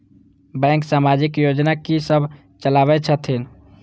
Bank समाजिक योजना की सब चलावै छथिन?